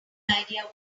idea